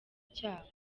cyaha